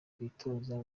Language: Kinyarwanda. kwitoza